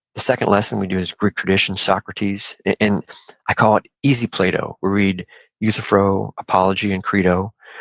the second lesson we do is greek tradition, socrates, and i call it easy plato we read euthyphro, apology, and crito.